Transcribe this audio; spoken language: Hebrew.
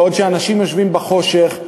בעוד אנשים יושבים בחושך,